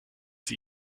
sie